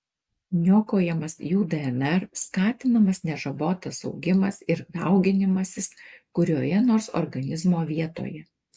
niokojamas jų dnr skatinamas nežabotas augimas ir dauginimasis kurioje nors organizmo vietoje